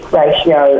ratio